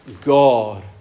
God